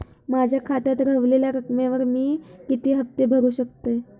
माझ्या खात्यात रव्हलेल्या रकमेवर मी किती हफ्ते भरू शकतय?